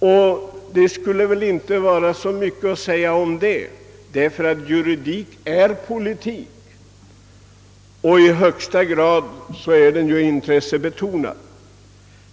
Och det skulle väl inte vara så mycket att säga om det, därför att juridik är politik och i högsta grad intressebetonad.